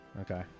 Okay